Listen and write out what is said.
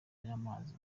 z’amazi